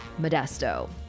Modesto